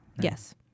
Yes